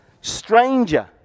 stranger